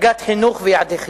השגת חינוך ויעדי חינוך.